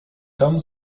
tam